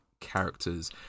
characters